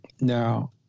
now